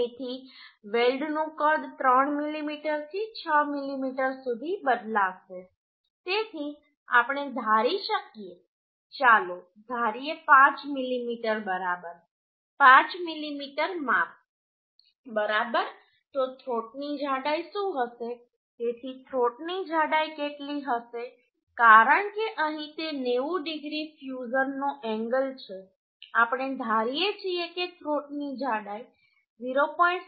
તેથી વેલ્ડનું કદ 3 મીમી થી 6 મીમી સુધી બદલાશે તેથી આપણે ધારી શકીએ ચાલો ધારીએ 5 મીમી બરાબર 5 મીમી માપ બરાબર તો થ્રોટની જાડાઈ શું હશે તેથી થ્રોટની જાડાઈ કેટલી હશે કારણ કે અહીં તે 90 ડિગ્રી ફ્યુઝન નો એન્ગલ છે આપણે ધારીએ છીએ કે થ્રોટની જાડાઈ 0